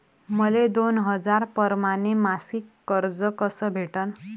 मले दोन हजार परमाने मासिक कर्ज कस भेटन?